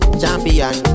champion